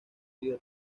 herido